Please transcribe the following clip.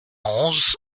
onze